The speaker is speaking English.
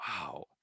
Wow